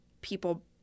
people –